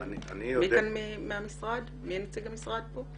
מי נציג המשרד כאן?